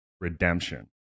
Redemption